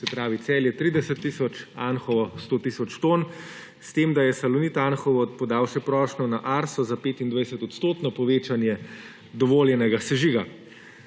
Se pravi, Celje 30 tisoč, Anhovo 100 tisoč ton, s tem da je Salonit Anhovo podal še prošnjo na Arso za 25-odstotno povečanje dovoljenega sežiga.